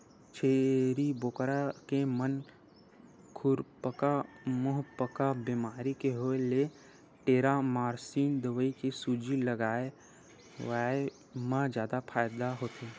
छेरी बोकरा के म खुरपका मुंहपका बेमारी के होय ले टेरामारसिन दवई के सूजी लगवाए मा फायदा होथे